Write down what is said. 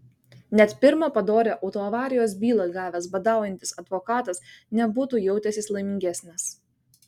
net pirmą padorią autoavarijos bylą gavęs badaujantis advokatas nebūtų jautęsis laimingesnis